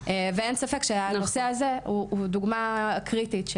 ואין ספק שהנושא הזה הוא דוגמה קריטית.